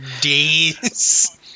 days